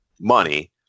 money